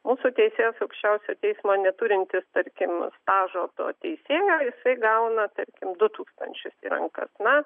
mūsų teisėjas aukščiausio teismo neturintis tarkim stažo to teisėjo jisai gauna tarkim du tūkstančius į rankas na